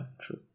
true